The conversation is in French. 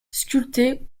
sculptées